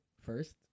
First